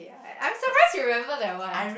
ya I'm surprised you remember that one